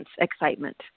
excitement